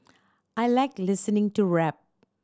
I like listening to rap